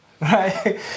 Right